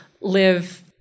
live